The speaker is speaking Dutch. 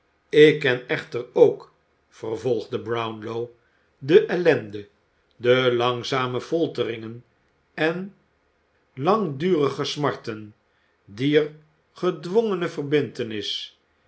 ik ken echter ook vervolgde brownlow de ellende de langzame folteringen en langdurige smarten dier gedwongene verbintenis